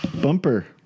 Bumper